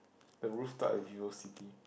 the rooftop at VivoCity